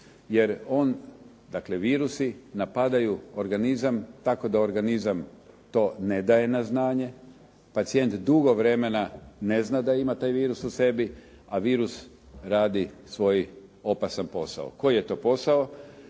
jer on, dakle virusi, napadaju organizam tako da organizam to ne daje na znanje. Pacijent dugo vremena ne zna da ima taj virus u sebi, a virus radi svoj opasan posao. Koji je to posao?